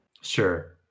Sure